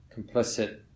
complicit